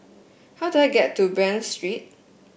how do I get to Bain Street